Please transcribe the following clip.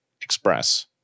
Express